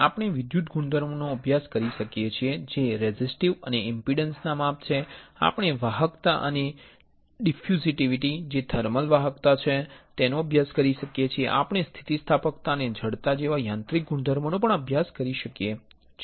આપણે વિદ્યુત ગુણધર્મોનો અભ્યાસ કરી શકીએ છીએ જે રેઝિસ્ટિવ અને ઇમ્પિડન્સ માપ છે આપણે વાહકતા અને ડિફ્યુઝિવિટિ જે થર્મલ વાહકતા છે તેનો અભ્યાસ કરી શકીએ છીએ આપણે સ્થિતિસ્થાપકતા અને જડતા જેવા યાંત્રિક ગુણધર્મોનો પણ અભ્યાસ કરી શકીએ છીએ